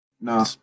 No